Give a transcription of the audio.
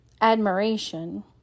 admiration